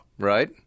Right